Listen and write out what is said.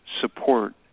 support